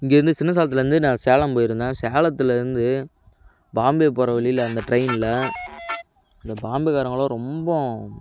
இங்கேருந்து சின்ன சேலத்திலேருந்து நான் சேலம் போயிருந்தேன் சேலத்திலேருந்து பாம்பே போகிற வழியில் அந்த ட்ரெயினில் அந்த பாம்பேக்காரவங்களாம் ரொம்பம்